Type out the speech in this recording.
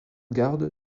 garde